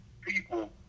people